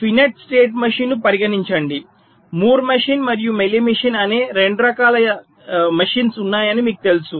finite state machine ను పరిగణించండి Moore machine మరియు మీలీ మెషిన్ అనే 2 రకాల యంత్రాలు ఉన్నాయని మీకు తెలుసు